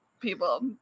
people